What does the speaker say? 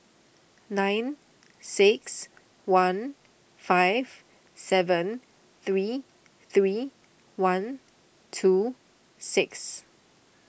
nine six one five seven three three one two six